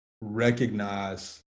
recognize